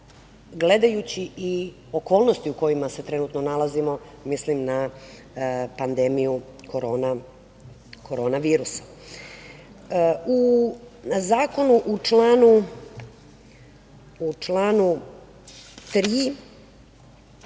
gledajući i okolnosti u kojima se trenutno nalazimo, mislim na pandemiju korona virusa.U Zakonu u članu 3.